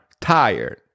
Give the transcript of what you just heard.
tired